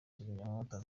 kizimyamwoto